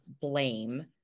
blame